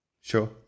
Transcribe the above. Sure